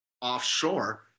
offshore